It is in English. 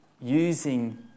using